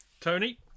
Tony